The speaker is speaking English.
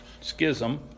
schism